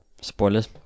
Spoilers